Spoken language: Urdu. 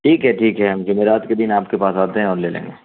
ٹھیک ہے ٹھیک ہے ہم جمعرات کے دن آپ کے پاس آتے ہیں اور لے لیں گے